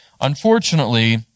Unfortunately